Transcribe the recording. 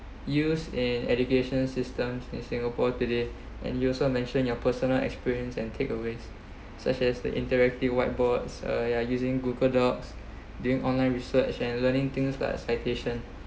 use in education systems in singapore today and you also mention your personal experience and takeaways such as the interactive whiteboards uh ya using google docs during online research and learning things lah citation